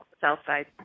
Southside